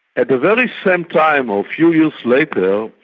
at the very same time, or a few years later,